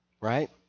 right